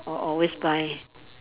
oh always buy